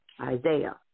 Isaiah